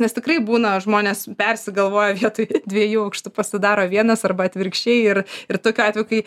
nes tikrai būna žmonės persigalvoja vietoj dviejų aukštų pasidaro vienas arba atvirkščiai ir ir tokiu atveju kai